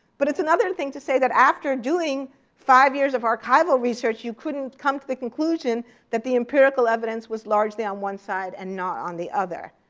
but it's another thing to say that after doing five years of archival research you couldn't come to the conclusion that the empirical evidence was largely on one side and not on the other.